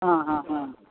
आं हां हां